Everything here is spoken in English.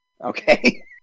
Okay